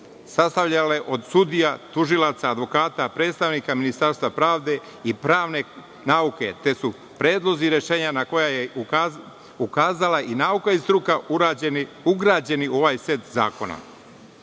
sastavljale od sudija, tužilaca, advokata, predstavnika ministarstva pravde i pravne nauke, te su predlozi rešenja na koje je ukazala i nauka i struka ugrađeni u ovaj set